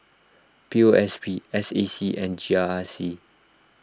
P O S B S A C and G R R C